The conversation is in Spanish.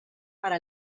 para